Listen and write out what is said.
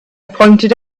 pointed